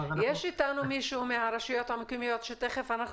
יש איתנו מישהו מהרשויות המקומיות שתיכף אנחנו